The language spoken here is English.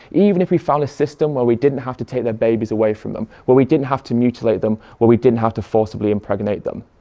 even if we found a system where we didn't have to take their babies away from them, where we didn't have to mutilate them, where we didn't have to forcibly impregnate them.